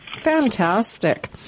Fantastic